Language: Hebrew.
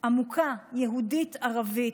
עמוקה יהודית-ערבית.